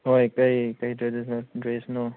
ꯍꯣꯏ ꯀꯔꯤ ꯀꯔꯤ ꯇ꯭ꯔꯦꯗꯤꯁꯟꯅꯦꯜ ꯗ꯭ꯔꯦꯁꯅꯣ